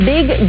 big